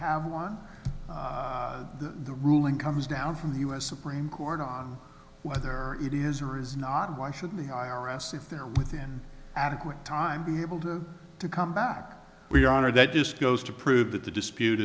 have one the ruling comes down from the us supreme court on whether it is or is not why should the i r s if they're within adequate time to be able to come back we honor that just goes to prove that the dispute